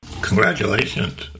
Congratulations